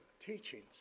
teachings